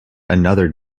another